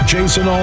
Jason